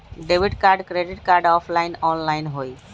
Debit card credit card offline online होई?